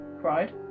cried